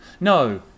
No